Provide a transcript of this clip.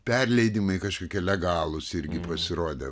perleidimai kažkokie legalūs irgi pasirodė